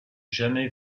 jamais